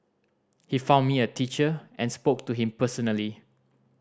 he found me a teacher and spoke to him personally